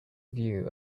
view